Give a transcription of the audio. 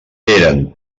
eren